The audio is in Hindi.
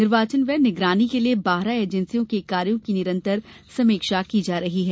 निर्वाचन व्यय निगरानी के लिए बारह एजेंसियों के कार्यो की निरंतर समीक्षा की जा रही है